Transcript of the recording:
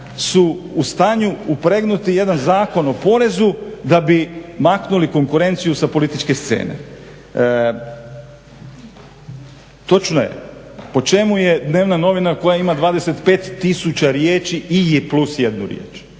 su u stanju upregnuti jedan zakon o porezu da bi maknuli konkurenciju sa političke scene. Točno je po čemu je dnevna novina koja ima 25 tisuća riječi i plus jednu riječ